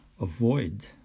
avoid